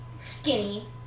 skinny